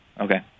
Okay